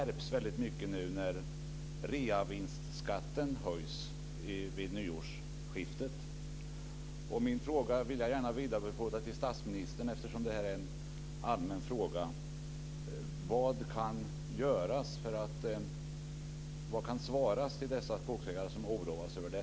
Reglerna skärps nu när reavinstskatten höjs vid årsskiftet.